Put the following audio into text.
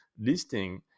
listing